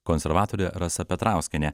konservatorė rasa petrauskienė